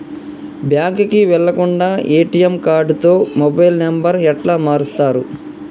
బ్యాంకుకి వెళ్లకుండా ఎ.టి.ఎమ్ కార్డుతో మొబైల్ నంబర్ ఎట్ల మారుస్తరు?